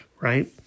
right